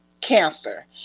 cancer